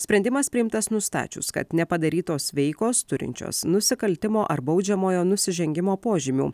sprendimas priimtas nustačius kad nepadarytos veikos turinčios nusikaltimo ar baudžiamojo nusižengimo požymių